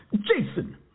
Jason